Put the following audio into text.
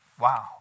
Wow